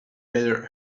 better